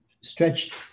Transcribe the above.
stretched